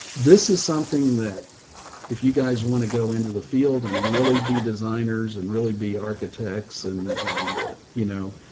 this is something that if you guys want to go into the field and really be designers and really be architects and, and you know,